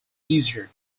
easier